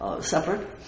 separate